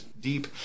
deep